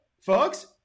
folks